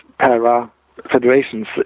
para-federations